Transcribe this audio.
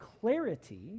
clarity